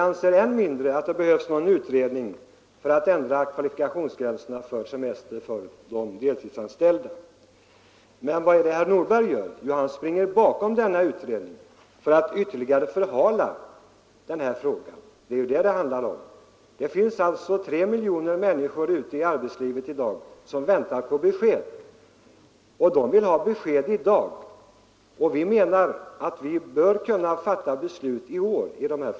Och än mindre anser vi det behövas någon utredning för att ändra kvalifikationsgränserna när det gäller semestern för de deltidsanställda. Men vad är det herr Nordberg gör? Jo, han springer bakom denna utredning för att ytterligare förhala hela frågan. Det är vad det här handlar om. Vi har i dag 3 miljoner människor ute på arbetsmarknaden som väntar på besked. De vill ha det beskedet i dag. Och vi menar att vi bör kunna fatta beslut i dessa frågor i år.